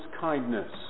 kindness